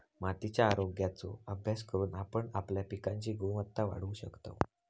मातीच्या आरोग्याचो अभ्यास करून आपण आपल्या पिकांची गुणवत्ता वाढवू शकतव